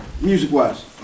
music-wise